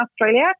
Australia